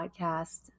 Podcast